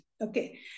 Okay